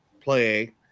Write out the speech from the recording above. play